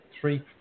three